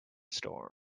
storm